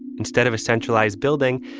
instead of a centralized building,